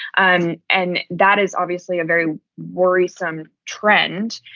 and and that is obviously a very worrisome trend.